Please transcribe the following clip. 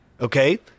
Okay